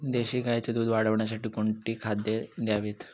देशी गाईचे दूध वाढवण्यासाठी कोणती खाद्ये द्यावीत?